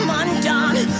undone